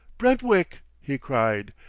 brentwick! he cried,